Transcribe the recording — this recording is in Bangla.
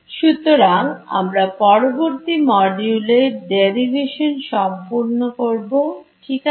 সুতরাং আমরা পরবর্তী মডিউলে এই দেরিভেশন সম্পূর্ণ করবো ঠিক আছে